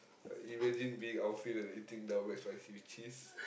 imagine being outfield and eating Double McSpicy with cheese